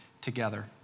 together